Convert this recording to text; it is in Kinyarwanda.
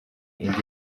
inda